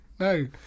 No